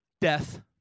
death